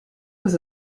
was